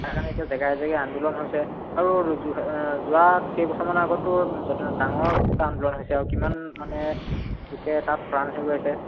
তাৰকাৰণে এতিয়া জেগাই জেগাই আন্দোলন হৈছে আৰু যোহা যোৱাত কেইবছৰমান আগতো যথে ডাঙৰ কা আন্দোলন হৈছে আৰু কিমান মানে লোকে তাত প্ৰাণ হেৰুৱাইছে